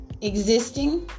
existing